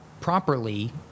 properly